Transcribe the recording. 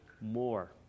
more